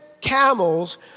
camels